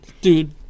dude